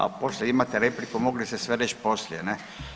A poslije imate repliku mogli ste sve reći poslije ne.